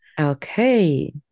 Okay